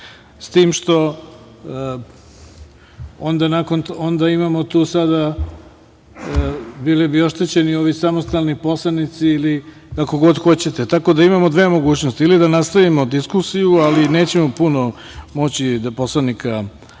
s tim što tu sada imamo, bili bi oštećeni ovi samostalni poslanici, ili kako god hoćete. Tako da imamo dve mogućnosti, ili da nastavimo diskusiju, ali neće puno poslanika